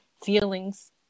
feelings